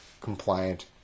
compliant